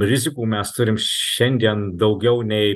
rizikų mes turim šiandien daugiau nei